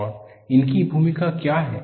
और उनकी भूमिका क्या है